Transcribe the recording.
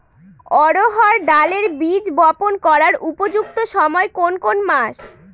অড়হড় ডালের বীজ বপন করার উপযুক্ত সময় কোন কোন মাস?